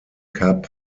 cup